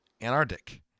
Antarctic